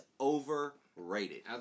overrated